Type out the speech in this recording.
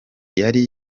yari